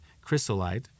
chrysolite